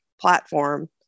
platform